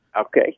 Okay